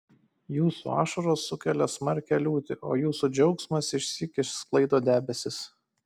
jūsų ašaros sukelia smarkią liūtį o jūsų džiaugsmas išsyk išsklaido debesis